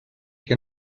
que